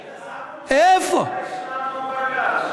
לא,